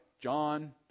John